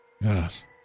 Yes